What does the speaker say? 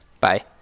Bye